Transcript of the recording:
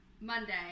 Monday